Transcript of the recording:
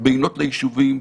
בינות ליישובים,